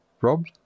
Rob